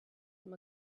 him